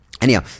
Anyhow